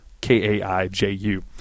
k-a-i-j-u